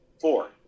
Four